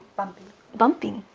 bumpy bumpy,